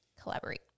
collaborate